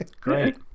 Great